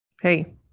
Hey